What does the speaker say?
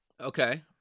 Okay